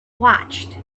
watched